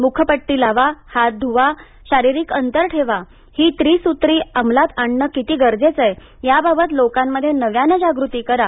मुखपट्टी लावा हात धूवा आणि शारीरिक अंतर ठेवा ही त्रिसुत्री अंमलात आणणं कसं गरजेचं आहे याबाबत लोकांमध्ये नव्यानं जागृती करा